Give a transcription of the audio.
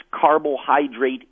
carbohydrate